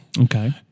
Okay